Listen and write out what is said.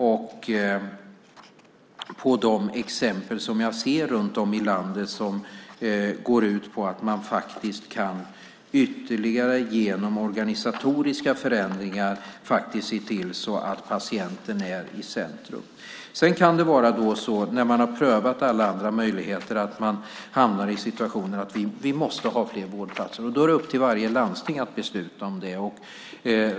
Jag ser också exempel runt om i landet på att man genom organisatoriska förändringar kan se till att patienten är i centrum. Det kan vara så att man när man har prövat alla andra möjligheter hamnar i situationen att man måste ha fler vårdplatser. Då är det upp till varje landsting att besluta om det.